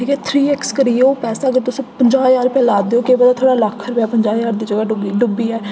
जेह्का three X करियै ओह् पैसा अगर तुस पंजाह् ज्हार रपेआ ला दे ओह् केह् पता थुआढ़ा लक्ख रपेआ पंजाह् ज्हार दी जगह् डुबी डुब्बी जाए